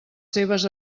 seves